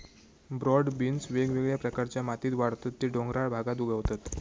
broad beans वेगवेगळ्या प्रकारच्या मातीत वाढतत ते डोंगराळ भागात उगवतत